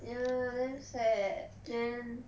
ya damn sad then